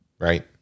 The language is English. right